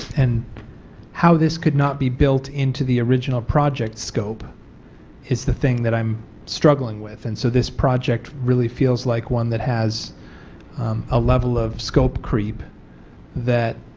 and how this could not be built into the original project scope is the thing that i am struggling with. and so this project really feels like one that has a level of scope creep that